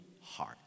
heart